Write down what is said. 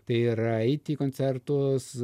tai yra eiti į koncertus